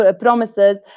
promises